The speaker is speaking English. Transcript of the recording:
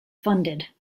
funded